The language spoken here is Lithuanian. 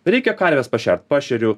reikia karves pašert pašeriu